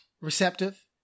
receptive